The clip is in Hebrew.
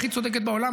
הכי צודקת בעולם,